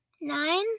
Nine